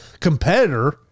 competitor